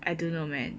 I don't know man